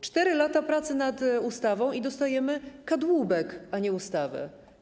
4 lata pracy nad ustawą i dostajemy kadłubek, a nie ustawę.